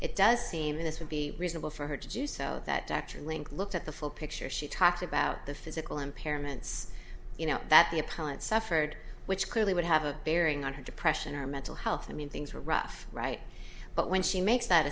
it does seem this would be reasonable for her to do so that action link looked at the full picture she talks about the physical impairments you know that the appellant suffered which clearly would have a bearing on her depression or mental health i mean things are rough right but when she makes that